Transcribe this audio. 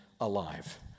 alive